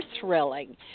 thrilling